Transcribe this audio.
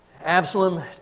Absalom